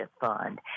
fund